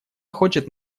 хочет